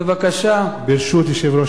בבקשה, יושב-ראש